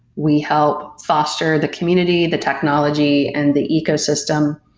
we help foster the community, the technology and the ecosystem,